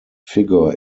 figure